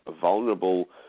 vulnerable